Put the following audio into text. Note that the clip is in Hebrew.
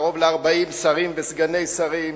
קרוב ל-40 שרים וסגני שרים,